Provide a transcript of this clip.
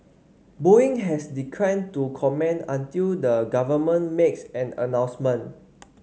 Boeing has declined to comment until the government makes an announcement